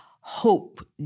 hope